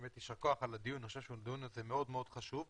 יישר כוח על הדיון המאוד חשוב הזה.